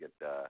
get